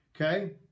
Okay